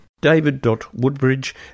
David.woodbridge